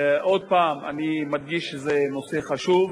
אדוני היושב-ראש,